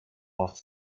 off